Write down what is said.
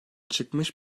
çıkmış